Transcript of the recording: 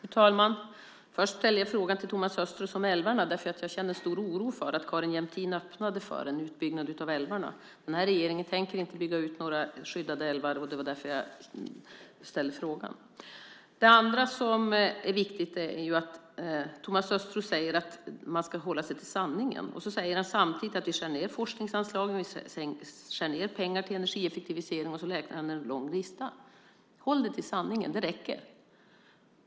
Fru talman! Jag ställde frågan om älvarna till Thomas Östros därför att jag känner stor oro för att Carin Jämtin öppnade för en utbyggnad av älvarna. Den här regeringen tänker inte bygga ut några skyddade älvar. Det var därför jag ställde frågan. Det andra som är viktigt är att Thomas Östros säger att man ska hålla sig till sanningen. Samtidigt säger han att vi skär ned forskningsanslagen, att vi skär ned beloppen till energieffektivisering, och så räknar han upp en lång lista. Håll dig till sanningen! Det räcker.